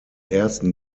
ersten